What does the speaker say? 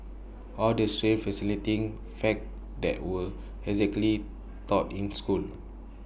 all the strange fascinating facts that were exactly taught in school